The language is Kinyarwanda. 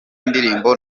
indirimbo